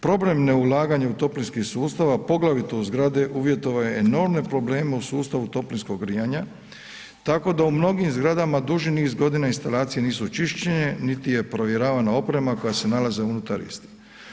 Problem neulaganja u toplinski sustav a poglavito i u zgrade uvjetovao je enormne probleme u sustavu toplinskog grijanja tako da u mnogim zgradama duži niz godina instalacije nisu očišćene niti je provjeravana oprema koja se nalazi unutar istih.